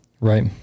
right